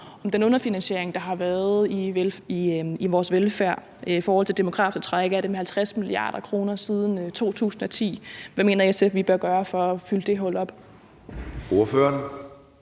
om den underfinansiering, der har været af vores velfærd. I forhold til det demografiske træk er det 50 mia. kr. siden 2010. Hvad mener SF vi bør gøre for at fylde det hul op?